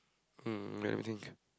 um let me think